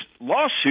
lawsuit